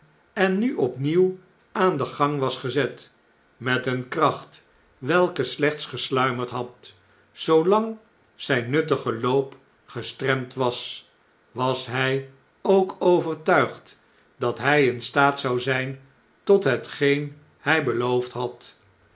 en nu opnieuw aan den gang was gezet met een kracht welke slechts gesluimerd had zoolang zyn nuttige loop gestremd was was hjj ook overtuigd dat hj in staat zou zjjn tot hetgeen hjj beloofdhad